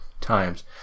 times